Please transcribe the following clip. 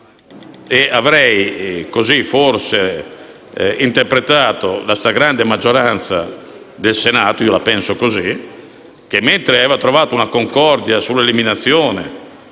avrei interpretato la stragrande maggioranza del Senato - io la penso così - che aveva trovato una concordia sull'eliminazione,